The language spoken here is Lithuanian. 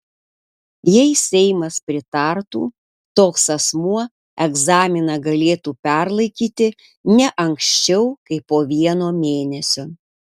jei seimas pritartų toks asmuo egzaminą galėtų perlaikyti ne anksčiau kaip po vieno mėnesio